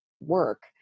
work